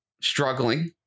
struggling